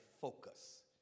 focus